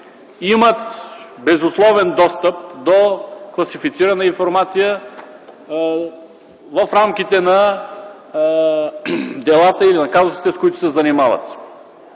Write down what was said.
имат безусловен достъп до класифицирана информация в рамките на делата и на казусите, с които се занимават,